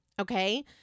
Okay